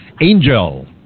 Angel